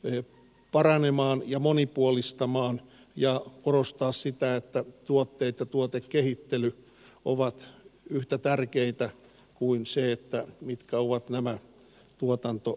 ö paranemaan ja monipuolistamaan ja korostaa sitä että tuotteita tuotekehittely ovat yhtä tärkeitä kuin se että mitkä ovat nämä tuotanto